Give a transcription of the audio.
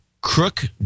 Crook